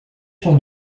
com